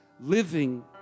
living